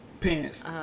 pants